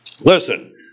Listen